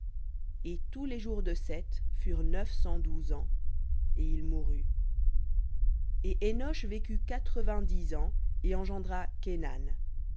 et tous les jours de seth furent neuf cent douze ans et il mourut et énosh vécut quatre-vingt-dix ans et engendra kénan